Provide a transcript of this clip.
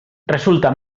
resulta